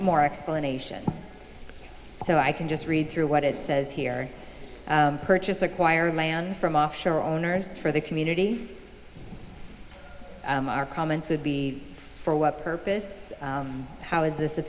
more explanation so i can just read through what it says here purchased acquire land from offshore owners for the community our comments would be for what purpose how is this a